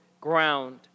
ground